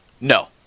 No